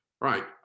Right